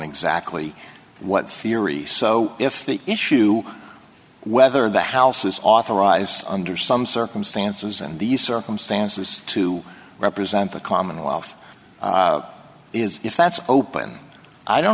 exactly what theory so if the issue whether the house is authorize under some circumstances and these circumstances to represent the commonwealth is if that's open i don't